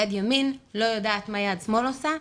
יד ימין לא יודעת מה יד שמאל עושה,